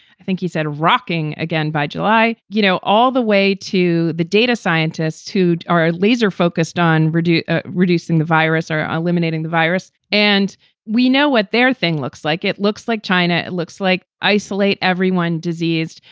i think he said rocking again by july. you know, all the way to the data scientists who are laser focused on reducing ah reducing the virus or eliminating the virus and we know what their thing looks like. it looks like china looks like isolate everyone disease,